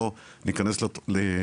לא נכנס לפרטים.